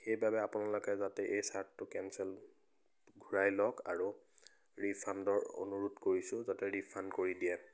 সেইবাবে আপোনালোকে যাতে এই চাৰ্টটো কেঞ্চেল ঘূৰাই লওক আৰু ৰিফাণ্ডৰ অনুৰোধ কৰিছোঁ যাতে ৰিফাণ্ড কৰি দিয়ে